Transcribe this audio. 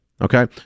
Okay